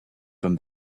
from